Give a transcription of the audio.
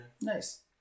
Nice